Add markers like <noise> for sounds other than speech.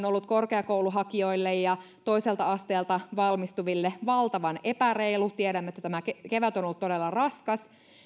<unintelligible> ollut korkeakouluhakijoille ja toiselta asteelta valmistuville valtavan epäreilu tiedämme että tämä kevät on ollut todella raskas